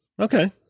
Okay